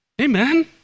Amen